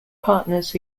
partners